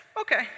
Okay